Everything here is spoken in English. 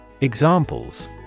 Examples